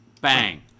Bang